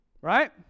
right